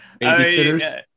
Babysitters